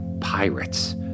pirates